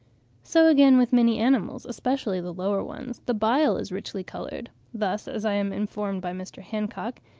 so again with many animals, especially the lower ones, the bile is richly coloured thus, as i am informed by mr. hancock,